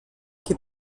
che